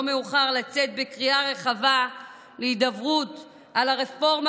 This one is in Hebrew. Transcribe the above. לא מאוחר לצאת בקריאה רחבה להידברות על הרפורמה